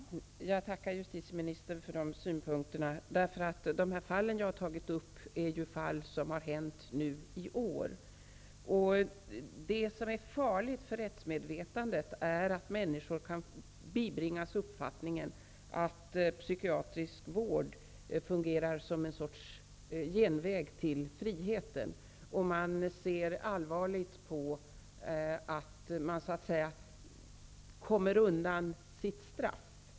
Fru talman! Jag tackar justitieministern för dessa synpunkter. De händelser jag har tagit upp har inträffat i år. Det är farligt för det allmänna rättsmedvetandet om människor bibringas uppfattningen att psykiatrisk vård fungerar som ett slags genväg till friheten. Man ser allvarligt på att de som begår sådana brott kommer undan sitt straff.